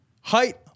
height